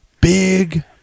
Big